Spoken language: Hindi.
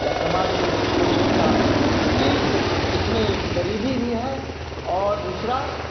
या समाज ने इसको सोचा कि इस इसमें गरीबी भी है और दूसरा